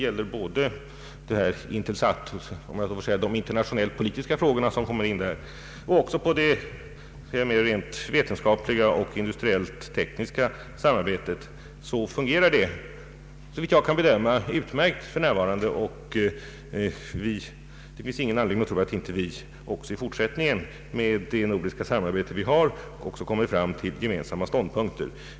Både samarbetet när det gäller de internationellt politiska frågorna och det rent vetenskapliga och industriellt tekniska samarbetet fungerar — såvitt jag kan bedöma — utmärkt för närvarande. Det finns ingen anledning att tro att vi inte också i fortsättningen, med det nordiska samarbete som finns, skall komma fram till gemensamma ståndpunkter.